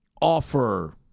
offer